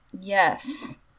Yes